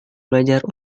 belajar